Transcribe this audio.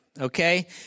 okay